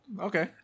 Okay